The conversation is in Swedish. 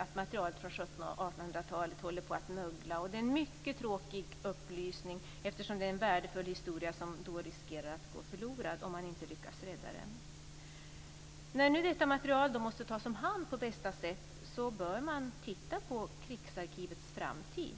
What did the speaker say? att material från 1700 och 1800-talen håller på att mögla. Det är en mycket tråkig upplysning eftersom det är värdefull historia som riskerar att gå förlorad om man inte lyckas rädda materialet. När nu detta material måste tas om hand på bästa sätt, bör man titta på Krigsarkivets framtid.